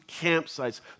campsites